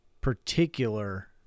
particular